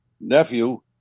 nephew